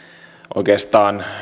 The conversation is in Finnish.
oikeastaan